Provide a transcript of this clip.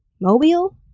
Mobile